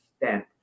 extent